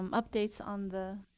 um updates on the